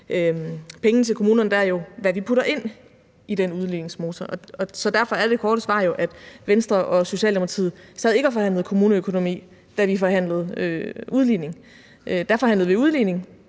penge til kommunerne, jo en diskussion om, hvad vi putter ind i den udligningsmotor. Derfor er det korte svar jo, at Venstre og Socialdemokratiet ikke sad og forhandlede kommuneøkonomi, da vi forhandlede udligning – dér forhandlede vi udligning.